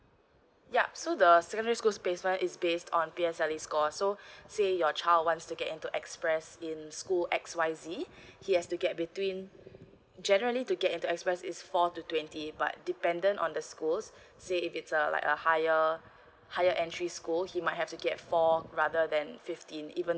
yup so the secondary school space right is based on P_S_L_E score so say your child wants to get into express in school X Y Z he has to get between generally to get into express is four to twenty but dependent on the schools say if it's a like a higher higher entry school he might have to get four or rather than fifteen even